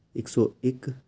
ਇੱਕ ਸੌ ਇੱਕ